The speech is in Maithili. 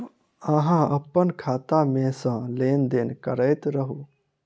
अहाँ अप्पन खाता मे सँ लेन देन करैत रहू?